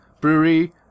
brewery